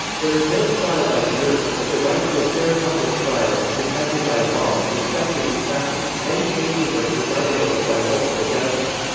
there is no trial by jury but the right to a fair public trial is protected by law and respected in practice many cases are presided over by multiple judges.